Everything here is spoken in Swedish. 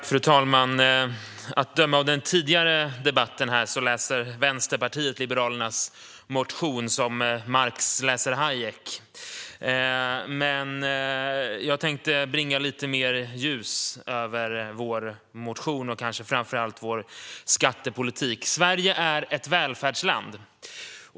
Fru talman! Att döma av den tidigare debatten läser Vänsterpartiet Liberalernas motion som Marx läser Hayek. Jag tänkte bringa lite mer ljus över vår motion och kanske framför allt över vår skattepolitik. Sverige är ett välfärdsland.